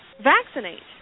vaccinate